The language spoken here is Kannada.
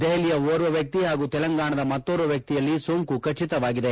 ದೆಹಲಿಯ ಓರ್ವ ವ್ಯಕ್ತಿ ಹಾಗೂ ತೆಲಂಗಾಣದ ಮತ್ತೋರ್ವ ವ್ಯಕ್ತಿಯಲ್ಲಿ ಸೋಂಕು ಖಟಿತವಾಗಿದೆ